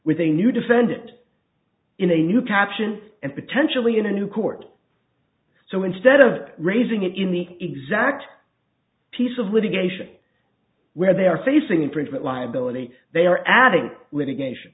with a new defendant in a new caption and potentially in a new court so instead of raising it in the exact piece of litigation where they are facing infringement liability they are adding litigation